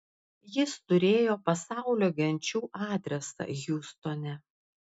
jis turėjo pasaulio genčių adresą hjustone